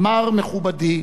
אמר מכובדי